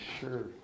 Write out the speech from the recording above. sure